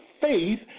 faith